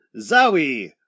Zowie